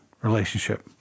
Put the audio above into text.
relationship